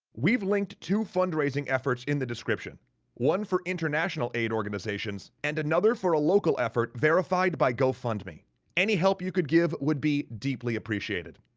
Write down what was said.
we've linked two fundraising efforts in the description one for international aid organizations. and another for a local effort verified by gofundme any help you could give would be deeply appreciated,